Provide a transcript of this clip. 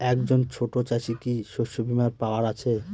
একজন ছোট চাষি কি শস্যবিমার পাওয়ার আছে?